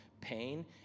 pain